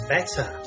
Better